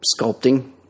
sculpting